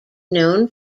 known